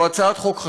זו הצעת חוק חשובה,